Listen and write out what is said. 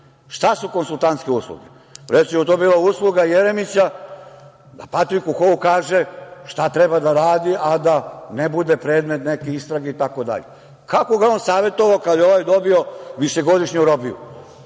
Šta su konsultantske usluge? Recimo, to bi bila usluga Jeremića da Patriku Hou kaže šta treba da radi, a da ne bude predmet neke istrage, itd. Kako ga je on savetovao kada je ovaj dobio višegodišnju robiju,